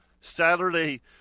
Saturday